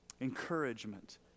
Encouragement